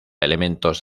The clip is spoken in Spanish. elementos